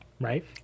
Right